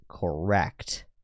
correct